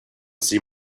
see